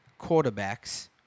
quarterbacks